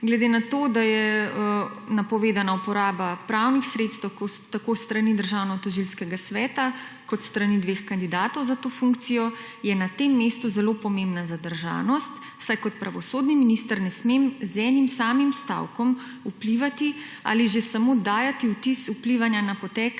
glede na to, da je napovedana uporaba pravnih sredstev tako s strani državno tožilskega sveta kot s strani dveh kandidatov za to funkcijo, je na tem mestu zelo pomembna zdržanost, saj kot pravosodni minister ne smem z enim samim stavkom vplivati ali že samo dajati vtis vplivanja na potek